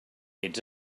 ets